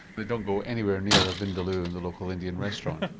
they don't go anywhere near a vindaloo in the local indian restaurant?